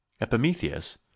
Epimetheus